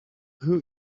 who